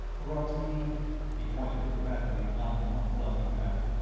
brought me he pointed to the bat wing lying upon the blotting pad.